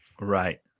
Right